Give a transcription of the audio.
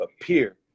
appear